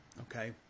Okay